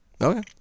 Okay